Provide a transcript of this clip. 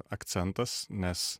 akcentas nes